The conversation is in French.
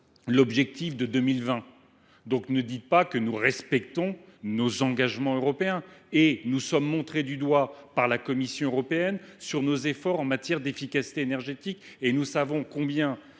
l’objectif de 2020. Ne dites donc pas que nous respectons nos engagements européens ! Nous sommes montrés du doigt par la Commission européenne pour nos efforts insuffisants en matière d’efficacité énergétique. Et nous savons combien